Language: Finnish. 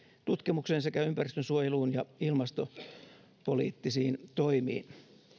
tutkimukseen sekä ympäristönsuojeluun ja ilmastopoliittisiin toimiin